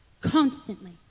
constantly